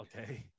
Okay